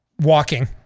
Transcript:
walking